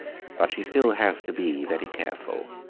but she still has to be very careful.